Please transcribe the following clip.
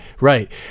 Right